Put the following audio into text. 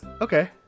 Okay